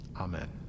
Amen